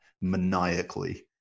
maniacally